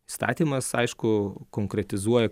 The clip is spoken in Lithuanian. įstatymas aišku konkretizuoja